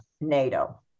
nato